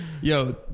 Yo